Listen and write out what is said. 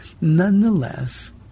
nonetheless